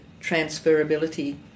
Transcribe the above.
transferability